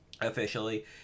officially